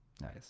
Nice